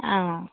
অ